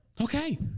Okay